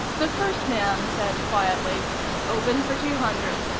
the first man said quietly open for two hundred.